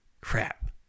Crap